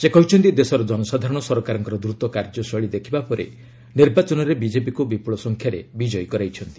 ସେ କହିଛନ୍ତି ଦେଶର ଜନସାଧାରଣ ସରକାରଙ୍କର ଦ୍ରୁତ କାର୍ଯ୍ୟ ଶୈଳୀ ଦେଖିବା ପରେ ନିର୍ବାଚନରେ ବିଜେପିକୁ ବିପୁଳ ସଂଖ୍ୟାରେ ବିଜୟୀ କରାଇଛନ୍ତି